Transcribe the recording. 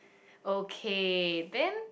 okay then